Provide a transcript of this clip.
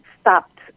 stopped